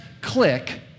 click